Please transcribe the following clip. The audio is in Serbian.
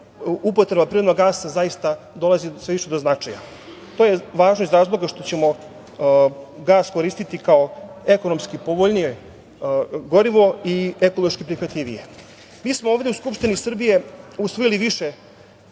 upotreba prirodnog gasa zaista dolazi sve više do značaja. To je važno iz razloga što ćemo gas koristiti kao ekonomski povoljnije gorivo i ekološki prihvatljivije. Mi smo ovde u Skupštini Srbije usvojili više